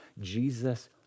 Jesus